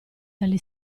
dagli